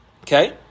okay